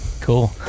Cool